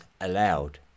allowed